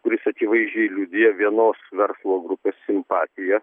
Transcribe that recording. kuris akivaizdžiai liudija vienos verslo grupės simpatiją